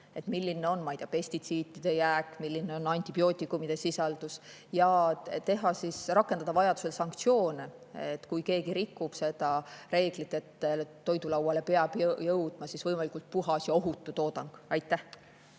milline on, ma ei tea, pestitsiidide jääk, milline on antibiootikumide sisaldus, ja rakendada vajadusel sanktsioone, kui keegi rikub seda reeglit. Toidulauale peab jõudma võimalikult puhas ja ohutu toodang. Priit